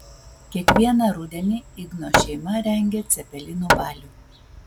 kiekvieną rudenį igno šeima rengia cepelinų balių